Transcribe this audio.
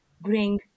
bring